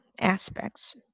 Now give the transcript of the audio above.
aspects